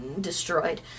destroyed